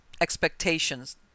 expectations